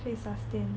可以 sustain